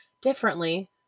differently